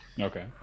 Okay